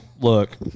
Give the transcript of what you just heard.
look